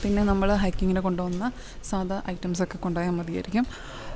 പിന്നെ നമ്മൾ ഹൈക്കിങ്ങിന് കൊണ്ടോവുന്ന സാധാനം ഐറ്റംസൊക്കെ കൊണ്ടോയാൽ മതിയായിരിക്കും